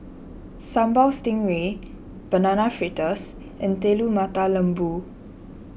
Sambal Stingray Banana Fritters and Telur Mata Lembu